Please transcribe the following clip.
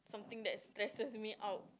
think that stresses me out